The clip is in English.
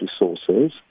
resources